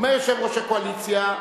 אומר יושב-ראש הקואליציה,